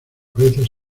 veces